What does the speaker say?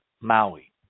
Maui